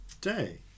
day